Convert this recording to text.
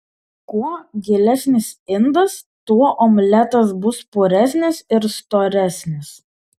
kuo gilesnis indas tuo omletas bus puresnis ir storesnis